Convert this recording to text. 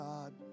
God